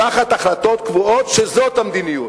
תחת החלטות קבועות שזו המדיניות.